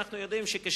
אנו יודעים שכשנה,